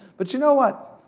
but, you know what?